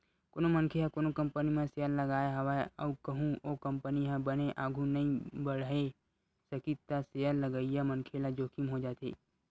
कोनो मनखे ह कोनो कंपनी म सेयर लगाय हवय अउ कहूँ ओ कंपनी ह बने आघु नइ बड़हे सकिस त सेयर लगइया मनखे ल जोखिम हो जाथे